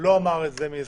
לא אמר את זה מיוזמתו,